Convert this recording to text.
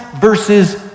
versus